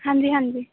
ਹਾਂਜੀ ਹਾਂਜੀ